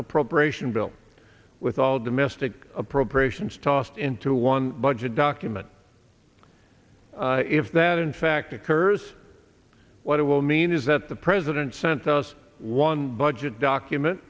appropriation bill with all domestic appropriations tossed into one budget document if that in fact occurs what it will mean is that the president sent us one budget document